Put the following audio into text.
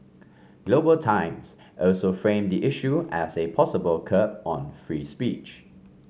Global Times also framed the issue as a possible curb on free speech